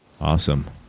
Awesome